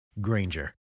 Granger